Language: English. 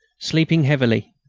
sleeping heavily.